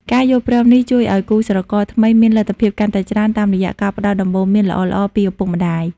ការយល់ព្រមនេះជួយឱ្យគូស្រករថ្មីមានលទ្ធភាពកាន់តែច្រើន តាមរយៈការផ្ដល់ដំបូន្មានល្អៗពីឪពុកម្ដាយ។